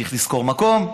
צריך לשכור מקום,